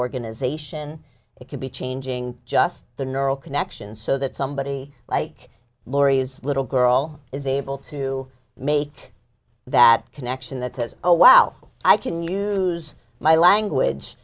organization it could be changing just the neural connections so that somebody like laurie's little girl is able to make that connection that says oh wow i can use my language